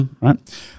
right